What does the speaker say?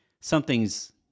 something's